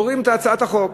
קוראים את הצעת החוק.